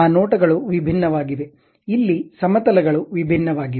ಆ ನೋಟಗಳು ವಿಭಿನ್ನವಾಗಿವೆ ಇಲ್ಲಿ ಸಮತಲ ಗಳು ವಿಭಿನ್ನವಾಗಿವೆ